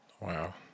Wow